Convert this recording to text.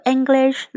English